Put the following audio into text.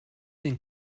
den